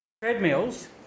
Treadmills